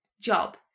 job